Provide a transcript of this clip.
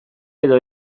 edo